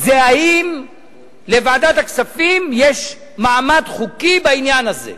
זה האם לוועדת הכספים יש מעמד חוקי בעניין הזה,